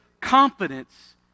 confidence